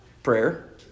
Prayer